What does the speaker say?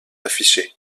affichée